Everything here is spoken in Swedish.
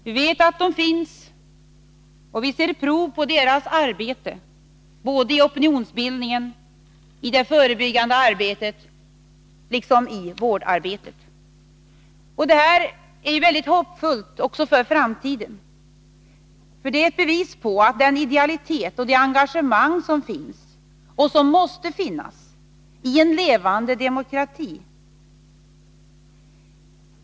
Vi vet att de finns, och vi ser prov på deras verksamhet, såväl i opinionsbildningen som i det förebyggande arbetet och i vårdarbetet. Detta inger stort hopp också inför framtiden. Det är ett bevis på den idealitet och det engagemang som finns — och som måste finnas —i en levande demokrati.